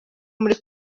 muri